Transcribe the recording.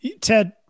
Ted